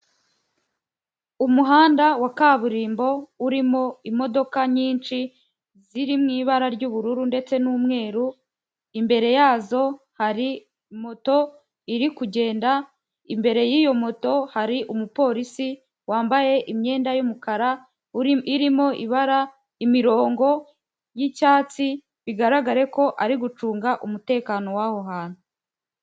Umuhanda wa kaburimbo urimo imodoka nyinshi ziri mu ibara ry'ubururu ndetse n'umweru, imbere yazo hari moto iri kugenda, imbere y'iyo moto hari umupolisi wambaye imyenda y'umukara irimo ibara imirongo y'icyatsi, bigaragare ko ari gucunga umutekano w'aho hantu.